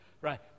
right